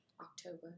October